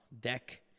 deck